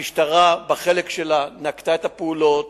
המשטרה, בחלק שלה, נקטה את הפעולות.